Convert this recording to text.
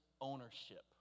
ownership